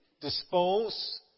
dispose